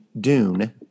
Dune